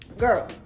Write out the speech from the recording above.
Girl